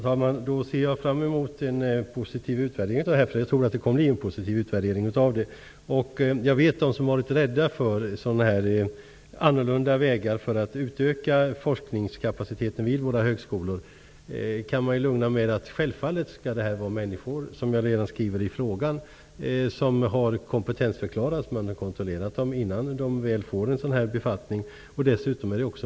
Herr talman! Jag ser fram emot en positiv utvärderingen av detta. Jag tror nämligen att den kommer att bli positiv. Jag känner till personer som har varit rädda för sådana här annorlunda vägar för att utöka forskningskapaciteten vid våra högskolor. Dem kan jag lugna med att det självfallet är fråga om människor som har kompetensförklarats. De kontrolleras innan de väl får en sådan här befattning. Detta har jag också skrivit i frågan.